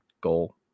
goal